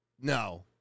no